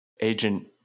Agent